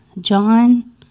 John